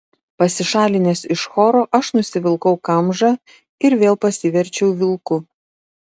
pasišalinęs iš choro aš nusivilkau kamžą ir vėl pasiverčiau vilku